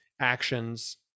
actions